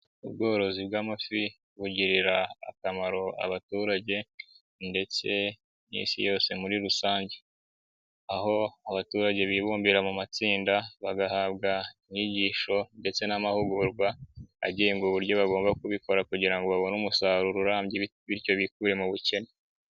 Ubworozi bw'amafi bugirira akamaro abaturage ndetse n'isi yose muri rusange. Aho abaturage bibumbira mu matsinda bagahabwa inyigisho; ndetse n'amahugurwa agenga uburyo bagomba kubikora kugira ngo babone umusaruro urambye bityo bikuye mu bukene.